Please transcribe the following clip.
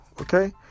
Okay